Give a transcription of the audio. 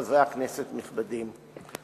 חברי כנסת נכבדים,